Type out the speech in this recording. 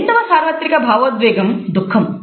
రెండవ సార్వత్రిక భావోద్వేగం దుఃఖం